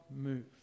move